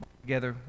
together